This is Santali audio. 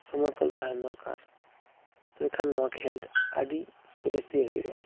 ᱥᱚᱢᱚᱛᱚᱞ ᱛᱟᱦᱮᱱ ᱫᱚᱨᱠᱟᱨ ᱛᱚᱵᱮᱠᱷᱟᱱ ᱱᱚᱣᱟ ᱠᱷᱮᱞᱚᱰ ᱟᱹᱰᱤ ᱥᱚᱨᱮᱥ ᱜᱮ ᱦᱩᱭᱩᱜᱼᱟ